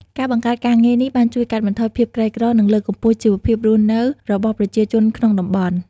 ការបង្កើតការងារនេះបានជួយកាត់បន្ថយភាពក្រីក្រ និងលើកកម្ពស់ជីវភាពរស់នៅរបស់ប្រជាជនក្នុងតំបន់។